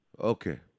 Okay